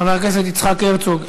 חבר הכנסת יצחק הרצוג,